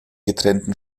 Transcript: getrennten